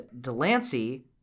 Delancey